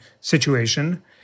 Situation